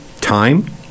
time